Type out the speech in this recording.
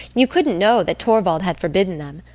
you couldn't know that torvald had forbidden them.